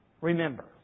remember